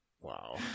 Wow